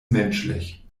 menschlich